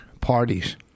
Parties